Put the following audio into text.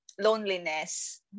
loneliness